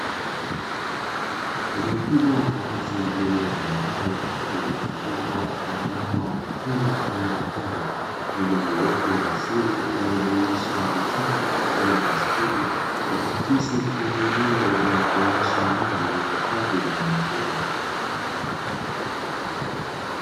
Eneo kubwa la wazi, lililotambarare lililozungukwa na wanyama wa mwituni aina ya Tembo, pamoja na uoto wa asili unaojumuisha vichaka pamoja na nyasi fupi, ikiakisi kuwa ni eneo lenye kuonyesha mandhari ya hifadhi ya wanyama pori.